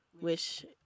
wish